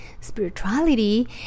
spirituality